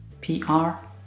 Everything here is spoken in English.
P-R